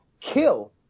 kill